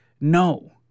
no